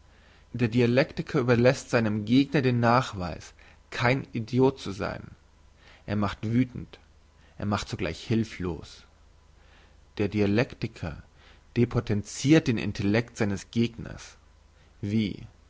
der dialektiker überlässt seinem gegner den nachweis kein idiot zu sein er macht wüthend er macht zugleich hülflos der dialektiker depotenzirt den intellekt seines gegners wie